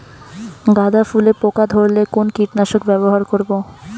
গাদা ফুলে পোকা ধরলে কোন কীটনাশক ব্যবহার করব?